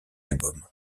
album